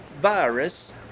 virus